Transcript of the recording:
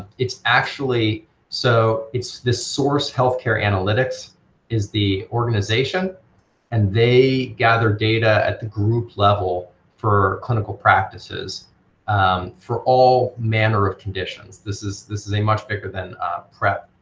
it's actually so this source healthcare analytics is the organization and they gather data at the group level for clinical practices for all manner of conditions. this is this is a much bigger than prep